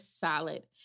solid